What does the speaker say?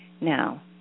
Now